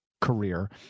career